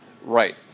Right